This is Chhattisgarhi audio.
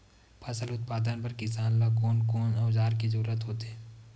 फसल उत्पादन बर किसान ला कोन कोन औजार के जरूरत होथे?